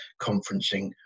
conferencing